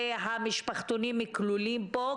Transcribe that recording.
והמשפחתונים כלולים בו.